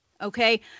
Okay